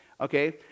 okay